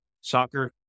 soccer